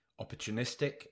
opportunistic